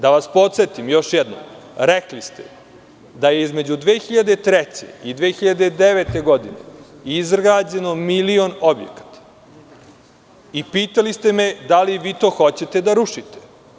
Da vas podsetim još jednom, rekli ste da je između 2003. i 2009. godine izgrađeno milion objekata i pitali ste me - da li vi to hoćete da rušite?